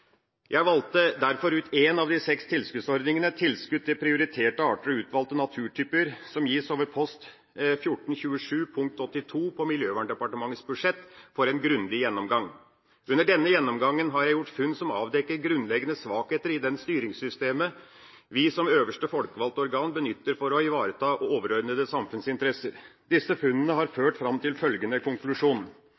Jeg valgte derfor ut én av de seks tilskuddsordningene, Tilskudd til prioriterte arter og utvalgte naturtyper, som gis over Post 1427.82 på Miljøverndepartements budsjett, for en grundig gjennomgang. Under denne gjennomgangen har jeg gjort funn som avdekker grunnleggende svakheter i det styringssystemet vi som øverste folkevalgte organ benytter for å ivareta overordnete samfunnsinteresser. Disse funnene har